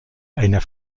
einer